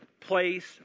place